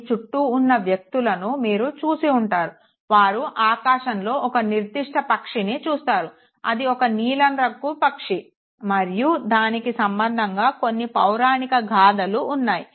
మీ చుట్టూ ఉన్న వ్యక్తులను మీరు చూసి ఉంటారు వారు ఆకాశంలో ఒక నిర్ధిష్ట పక్షిని చూస్తారు అది ఒక నీలం రంగు పక్షి మరియు దానికి సంబంధంగా కొన్ని పౌరాణిక గాధలు ఉన్నాయి